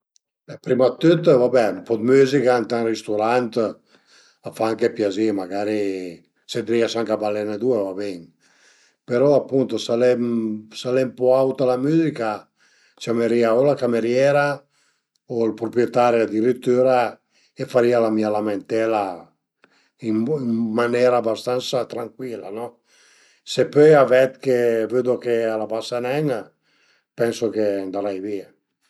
Cüré 'na pianta da interno al e nen dificil, basta cunosi ël tipo dë pianta che t'las, pöi deve cerché ël terriccio giüst e niente cerché dë bagnela bagnela s'al e necessari suvens o anche nen suvens, a dipend sempre da la pianta, a ie cula li che deve bagnela ën po dë pi e cula li che deve bagnela ën po dë menu